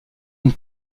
une